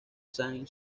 san